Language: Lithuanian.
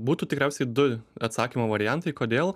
būtų tikriausiai du atsakymo variantai kodėl